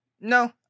no